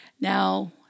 Now